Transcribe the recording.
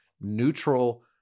neutral